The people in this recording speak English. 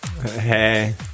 Hey